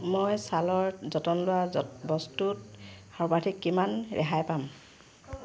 মই ছালৰ যতন লোৱা বস্তুত সৰ্বাধিক কিমান ৰেহাই পাম